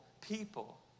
people